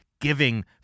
giving